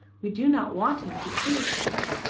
we do not want him to hear to-night.